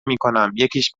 میکنم، یکیش